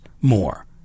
more